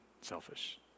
selfish